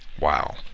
Wow